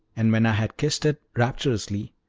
and when i had kissed it rapturously,